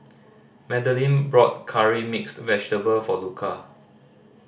Madaline brought Curry Mixed Vegetable for Luka